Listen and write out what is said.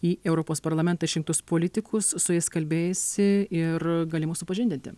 į europos parlamentą išrinktus politikus su jais kalbėjaisi ir gali mus supažindinti